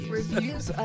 Reviews